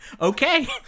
Okay